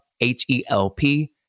H-E-L-P